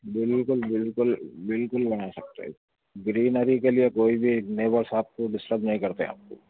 بالکل بالکل بالکل بنا سکتے گرینری کے لیے کوئی بھی نیبرس آپ کو ڈسٹرب نہیں کرتے آپ کو